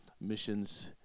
missions